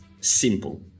simple